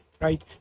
right